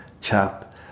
chap